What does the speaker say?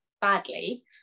badly